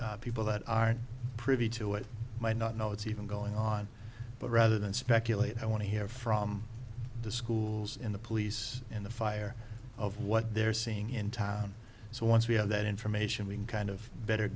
people that aren't privy to it might not know it's even going on but rather than speculate i want to hear from the schools in the police in the fire of what they're seeing in town so once we have that information we can kind of better